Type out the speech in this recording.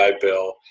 Bill